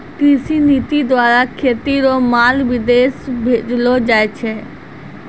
कृषि नीति द्वारा खेती रो माल विदेश भेजलो जाय छै